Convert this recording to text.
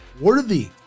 worthy